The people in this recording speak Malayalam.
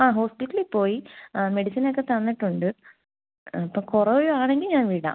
ആ ഹോസ്പിറ്റലിൽ പോയി ആ മെഡിസിൻ ഒക്കെ തന്നിട്ടുണ്ട് അപ്പോൾ കുറയുവാണെങ്കിൽ ഞാൻ വിടാം